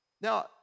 now